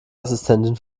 assistentin